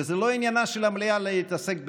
שזה לא עניינה של המליאה להתעסק בקיזוזים,